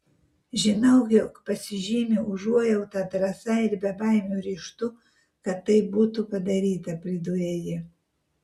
žinau jog pasižymiu užuojauta drąsa ir bebaimiu ryžtu kad tai būtų padaryta pridūrė ji